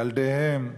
ילדיהם,